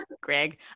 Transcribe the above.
Greg